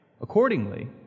Accordingly